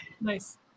Nice